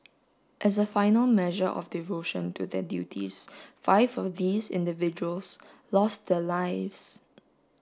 as a final measure of devotion to their duties five of these individuals lost their lives